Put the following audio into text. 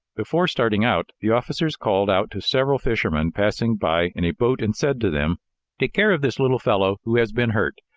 before starting out, the officers called out to several fishermen passing by in a boat and said to them take care of this little fellow who has been hurt.